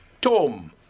Tom